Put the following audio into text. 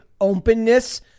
openness